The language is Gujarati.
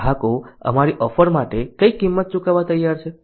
ગ્રાહકો અમારી ઓફર માટે કઈ કિંમત ચૂકવવા તૈયાર છે